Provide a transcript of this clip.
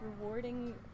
rewarding